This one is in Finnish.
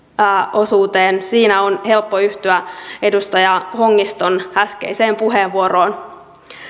osuuteen siinä on helppo yhtyä edustaja hongiston äskeiseen puheenvuoroon